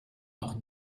noch